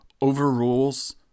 overrules